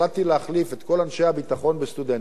להחליף את כל אנשי הביטחון בסטודנטים